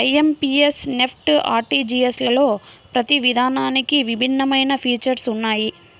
IMPS, NEFT, ఆర్టీజీయస్లలో ప్రతి విధానానికి భిన్నమైన ఫీచర్స్ ఉన్నయ్యి